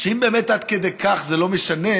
אם באמת עד כדי כך זה לא משנה,